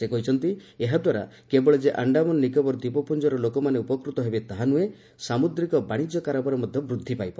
ସେ କହିଛନ୍ତି ଏହା ଦ୍ୱାରା କେବଳ ଯେ ଆଣ୍ଡାମାନ ନିକୋବର ଦ୍ୱୀପପୁଞ୍ଚର ଲୋକମାନେ ଉପକୃତ ହେବେ ତା'ନୁହେଁ ସାମୁଦ୍ରିକ ବାଣିଜ୍ୟ କାରବାର ମଧ୍ୟ ବୃଦ୍ଧି ପାଇବ